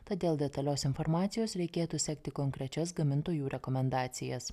todėl detalios informacijos reikėtų sekti konkrečias gamintojų rekomendacijas